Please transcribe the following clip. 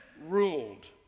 ruled